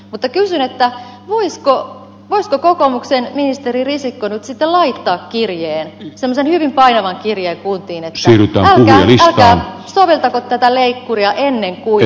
mutta kysyn voisiko kokoomuksen ministeri risikko nyt sitten laittaa kirjeen semmoisen hyvin painavan kirjeen kuntiin että älkää soveltako tätä leikkuria ennen kuin on tavattu nuori henkilökohtaisesti